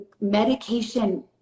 medication